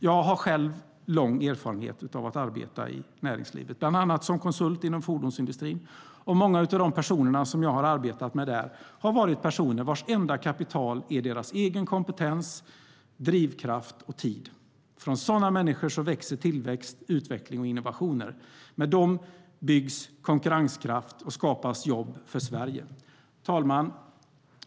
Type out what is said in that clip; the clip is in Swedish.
Jag har själv lång erfarenhet av att arbeta i näringslivet, bland annat som konsult inom fordonsindustrin. Många av de personer som jag har arbetat med där har varit personer vars enda kapital är deras egen kompetens, drivkraft och tid. Från sådana människor kommer tillväxt, utveckling och innovationer. Med dem byggs konkurrenskraft och skapas jobb för Sverige. Fru talman!